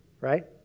right